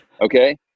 Okay